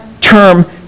term